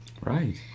Right